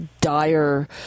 dire